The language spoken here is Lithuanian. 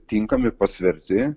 tinkami pasverti